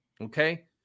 Okay